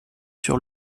sur